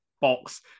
box